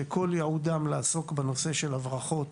שכל ייעודם לעסוק בנושא של הברחות